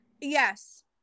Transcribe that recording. Yes